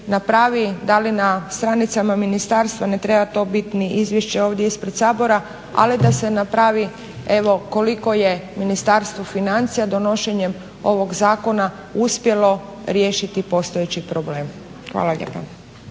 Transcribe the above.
da li na stranicama ministarstva, na treba to biti ni izvješće ovdje ispred Sabora, ali da se napravi evo koliko je Ministarstvo financija donošenjem ovog zakona uspjelo riješiti postojeći problem. Hvala lijepa.